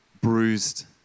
bruised